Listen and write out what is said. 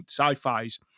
sci-fis